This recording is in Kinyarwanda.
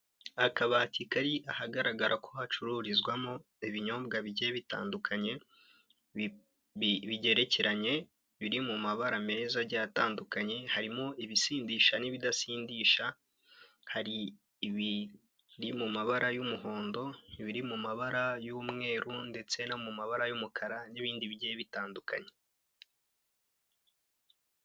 Akabati kari ahagaragara ko hacururizwamo ibinyobwa bigiye bitandukanye bigerekeranye biri mu mabara meza agiye atandukanye harimo ibisindisha n'ibidasindisha hari ibiri mu mabara y'umuhondo, hari ibiri mu mabara y'umweru ndetse no mu mabara y'umukara n'ibindi bigiye bitandukanye.